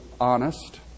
honest